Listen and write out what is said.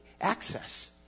access